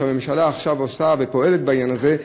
שהממשלה עכשיו עושה ופועלת בעניין הזה,